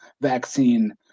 vaccine